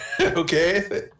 Okay